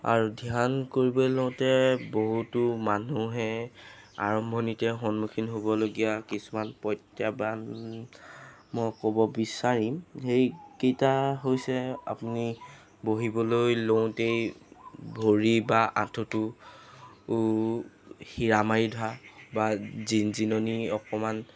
আৰু ধ্যান কৰিবলৈ লওঁতে বহুতো মানুহে আৰম্ভণিতে সন্মুখীন হ'বলগীয়া কিছুমান প্ৰত্যাহ্বান মই ক'ব বিচাৰিম সেইকেইটা হৈছে আপুনি বহিবলৈ লওঁতেই ভৰি বা আঁঠুটো সিৰা মাৰি ধৰা বা জিনজিননি অকণমান